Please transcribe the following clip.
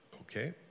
Okay